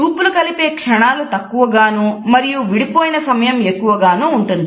చూపులను కలిపే క్షణాలు తక్కువగానూ మరియు విడిపోయిన సమయం ఎక్కువగానూ ఉంటుంది